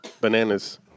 bananas